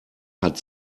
hat